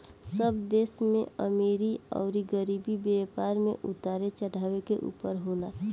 सब देश में अमीरी अउर गरीबी, व्यापार मे उतार चढ़ाव के ऊपर होला